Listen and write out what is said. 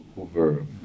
over